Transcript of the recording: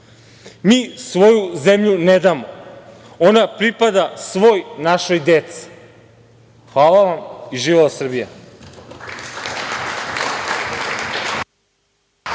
svoju zemlju ne damo, ona pripada svoj našoj deci. Hvala vam i živela Srbija.